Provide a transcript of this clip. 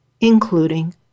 including